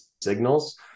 signals